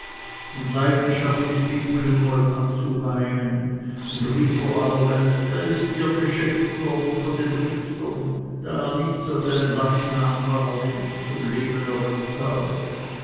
und leidenschaftlich fing küngolt an zu weinen und rief vor aller welt er ist mir geschenkt worden von den richtern da er nichts als ein leichnam war den ich zum leben erweckt habe